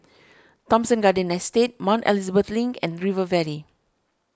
Thomson Garden Estate Mount Elizabeth Link and River Valley